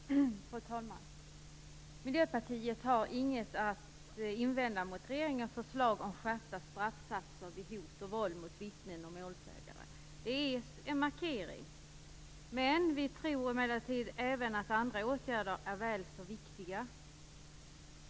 Fru talman! Miljöpartiet har inget att invända mot regeringens förslag om skärpta straffsatser vid hot och våld mot vittnen och målsägare. Det är en markering. Vi tror emellertid att även andra åtgärder är väl så viktiga.